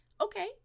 okay